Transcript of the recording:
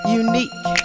unique